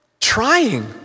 trying